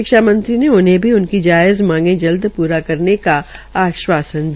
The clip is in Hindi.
शिक्षा मंत्री ने उन्हें भी उनकी जायज़ मांगे जल्द पूरा करने का आवश्वासन दिया